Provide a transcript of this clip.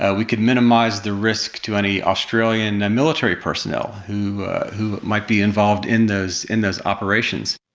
ah we could minimise the risk to any australian military personnel who who might be involved in those in those operations.